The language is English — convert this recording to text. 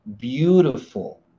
beautiful